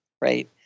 right